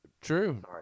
true